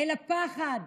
אל הפחד,